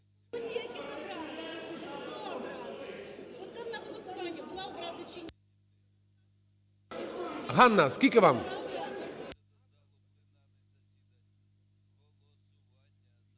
Ганна, скільки вам?